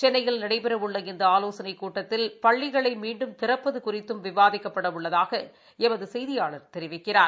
சென்னையில் நடைபெறவுள்ள இந்த ஆலோசனை கூட்டத்தில் பள்ளிகளை மீண்டும் திறப்பது குறித்தும் விவாதிக்கப்பட உள்ளதாக எமது செயிதியாளர் தெரிவிக்கிறார்